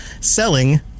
selling